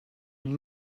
une